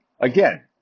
again